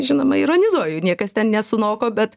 žinoma ironizuoju niekas ten nesunoko bet